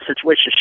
situation